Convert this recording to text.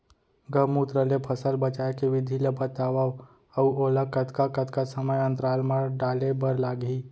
गौमूत्र ले फसल बचाए के विधि ला बतावव अऊ ओला कतका कतका समय अंतराल मा डाले बर लागही?